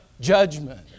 judgment